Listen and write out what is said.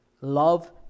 love